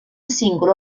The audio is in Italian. singolo